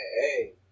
hey